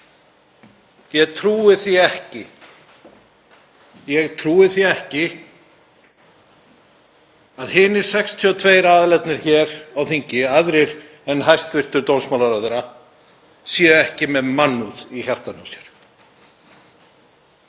Ég trúi því ekki að hinir 62 aðilarnir hér á þingi, aðrir en hæstv. dómsmálaráðherra, séu ekki með mannúð í hjarta sér,